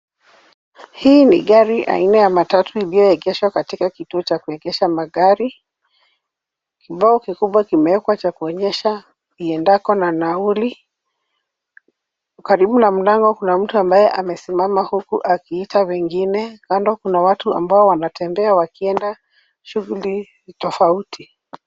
Hii ni gari aina ya matatu iliyoegeshwa katika kituo cha kuegesha magari. Kibao kikubwa kimewekwa cha kuonyesha iendako na nauli. Karibu na mlango, kuna mtu ambaye amesimama huku akiita wengine. Kando kuna watu ambao wanatembea wakienda shughuli tofauti.